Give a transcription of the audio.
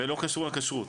זה לא קשור לכשרות.